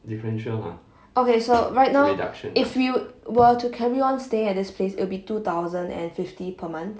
okay so right now if we were to carry on staying at this place it will be two thousand and fifty per month